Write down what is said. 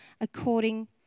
according